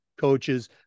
coaches